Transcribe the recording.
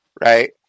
right